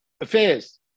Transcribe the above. affairs